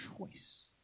choice